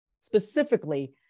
specifically